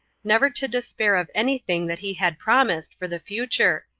never to despair of any thing that he had promised for the future,